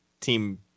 Team